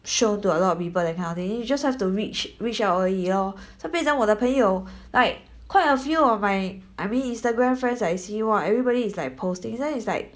show to a lot of people that kind of thing you just have to reach reach out 而已咯 so 变成我的朋友 like quite a few of my I mean Instagram friends I see !wah! everybody is like posting then is like